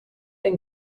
been